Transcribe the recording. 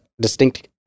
distinct